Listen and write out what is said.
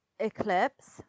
eclipse